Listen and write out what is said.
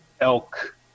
elk